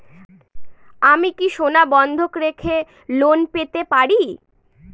আমি কি সোনা বন্ধক রেখে লোন পেতে পারি?